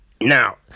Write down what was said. Now